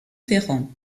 ferrand